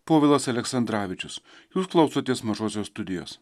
povilas aleksandravičius jūs klausotės mažosios studijos